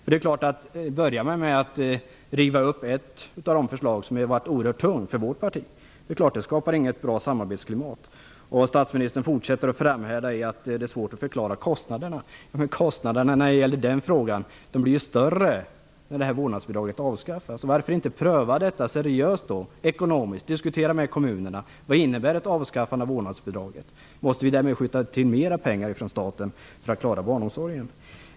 River man upp ett förslag som har varit tungt för vårt parti skapar man inget bra samarbetsklimat. Statsministern fortsätter att framhärda i att det är svårt att förklara kostnaderna. Kostnaderna blir större när vårdnadsbidraget avskaffas. Varför inte pröva denna fråga seriöst och diskutera ekonomin med kommunerna? Vad innebär ett avskaffande av vårdnadsbidraget? Måste därmed mer pengar skjutas till från staten för att klara barnomsorgen?